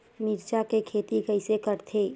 मिरचा के खेती कइसे करथे?